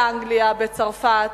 באנגליה, בצרפת,